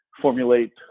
formulate